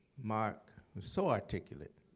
mark was so articulate.